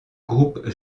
groupe